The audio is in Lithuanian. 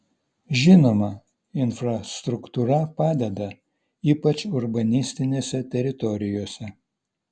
žinoma infrastruktūra padeda ypač urbanistinėse teritorijose